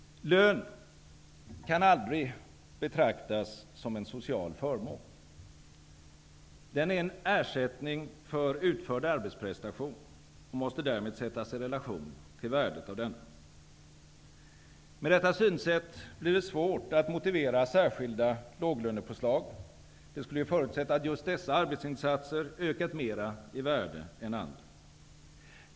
Lön kan aldrig betraktas som en social förmån. Den är en ersättning för utförd arbetsprestation och måste därmed sättas i relation till värdet av denna. Med detta synsätt blir det svårt att motivera särskilda låglönepåslag -- det skulle ju förutsätta att just dessa arbetsinsatser ökat mera i värde än andra.